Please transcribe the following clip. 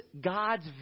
God's